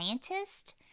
scientist